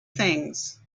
things